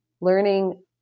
learning